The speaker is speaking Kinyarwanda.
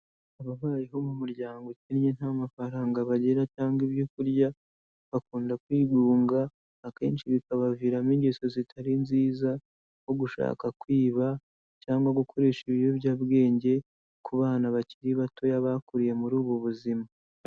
Aba babayeho mu muryango ukennye nta mafaranga bagira cyangwa ibyo kurya, bakunda kwigunga akenshi bikabaviramo ingeso zitari nziza nko gushaka kwiba cyangwa gukoresha ibiyobyabwenge ku bana bakiri bato yabakuriye muri ubu buzima.